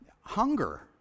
hunger